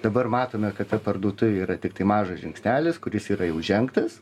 dabar matome kad ta parduotuvė yra tiktai mažas žingsnelis kuris yra jau žengtas